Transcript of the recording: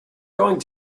going